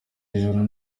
ijoro